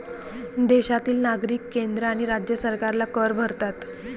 देशातील नागरिक केंद्र आणि राज्य सरकारला कर भरतात